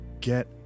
get